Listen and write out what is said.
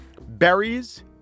Berries